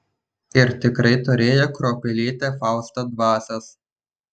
ir tikrai turėjo kruopelytę fausto dvasios